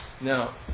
Now